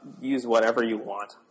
use-whatever-you-want